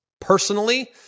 personally